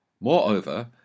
Moreover